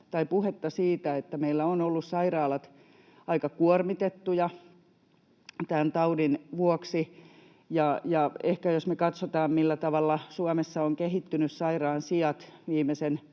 puhetta siitä, että meillä ovat olleet sairaalat aika kuormitettuja tämän taudin vuoksi, ja ehkä jos me katsotaan, millä tavalla Suomessa ovat kehittyneet sairaansijat viimeisen 10—20